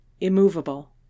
immovable